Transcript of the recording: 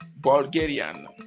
Bulgarian